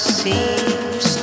seems